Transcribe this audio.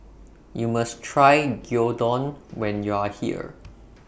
YOU must Try Gyudon when YOU Are here